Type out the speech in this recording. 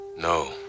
No